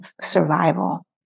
survival